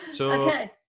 Okay